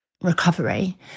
recovery